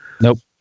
Nope